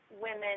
women